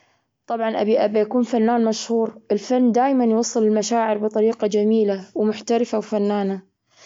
طبعا، أبي-أبي أكون فنان مشهور. الفن دايما يوصل المشاعر بطريقة جميلة ومحترفة وفنانة.